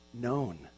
Known